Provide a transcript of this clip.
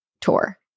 tour